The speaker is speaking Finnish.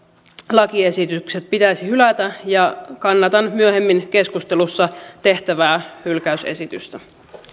lakiesitykset pitäisi hylätä ja kannatan myöhemmin keskustelussa tehtävää hylkäysesitystä